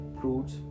fruits